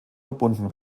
verbunden